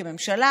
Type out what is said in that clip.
כממשלה,